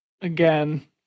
again